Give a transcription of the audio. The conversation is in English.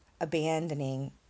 abandoning